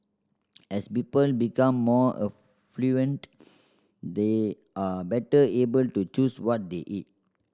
as people become more affluent they are better able to choose what they eat